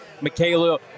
Michaela